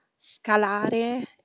Scalare